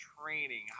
training